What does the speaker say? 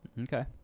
Okay